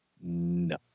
no